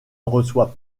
reçoit